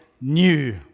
new